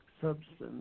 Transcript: substance